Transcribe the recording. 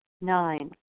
Nine